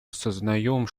осознаем